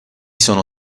sono